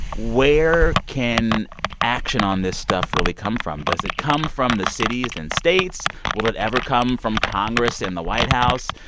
where can action on this stuff really come from? does it come from the cities and states? will it ever come from congress and the white house?